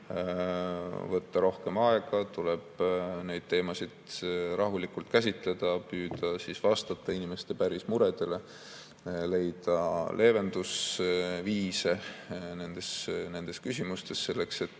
võtta rohkem aega, tuleb neid teemasid rahulikult käsitleda, püüda vastata inimeste päris muredele, leida leevendusviise nendes küsimustes, selleks et